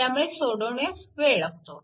त्यामुळे सोडवण्यास वेळ लागतो